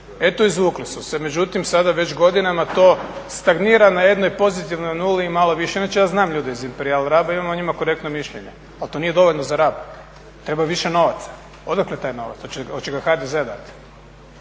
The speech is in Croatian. Eto izvukli su se međutim sada već godinama to stagnira na jednoj pozitivnoj nuli i malo više. Inače ja znam ljude iz Imperijal Rab i imam o njima korektno mišljenje, ali to nije dovoljno za Rab, treba više novaca. Odakle taj novac, hoće ga HDZ dati?